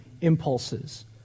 impulses